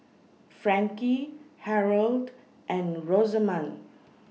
Frankie Harold and Rosamond